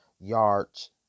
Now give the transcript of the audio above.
yards